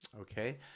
Okay